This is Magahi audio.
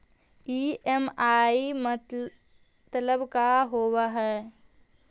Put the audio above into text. ई.एम.आई मतलब का होब हइ?